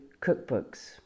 cookbooks